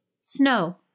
snow